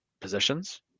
positions